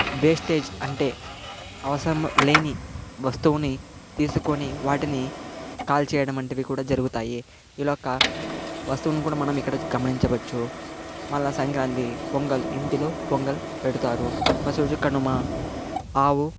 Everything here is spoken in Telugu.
వేస్టేజ్ అంటే అవసరం లేని వస్తువుని తీసుకొని వాటిని కాల్చేయడం వంటివి కూడా జరుగుతాయి ఇలా ఒక్క వస్తువును కూడా మనం ఇక్కడ గమనించవచ్చు మల్ల సంక్రాంతి పొంగల్ ఇంటిలో పొంగల్ పెడతారు మరుసటి రోజు కనుమ ఆవు